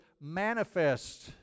manifest